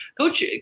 coach